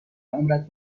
عمرت